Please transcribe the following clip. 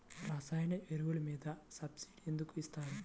రసాయన ఎరువులు మీద సబ్సిడీ ఎందుకు ఇస్తారు?